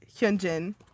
Hyunjin